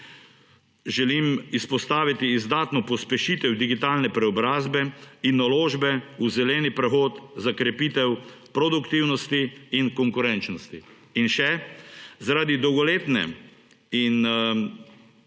želim izpostaviti izdatno pospešitev digitalne preobrazbe in naložbe v zeleni prehod za krepitev produktivnosti in konkurenčnosti. In še: zaradi dolgoletne